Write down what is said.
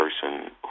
person